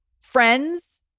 friends